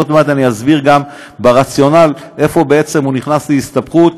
עוד מעט אני אסביר גם ברציונל איפה בעצם הוא נכנס להסתבכות,